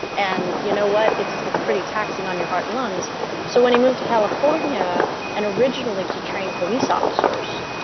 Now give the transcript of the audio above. and you know what it's it's pretty taxing on your heart and lungs so when he moved to california and originally to train police officers,